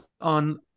on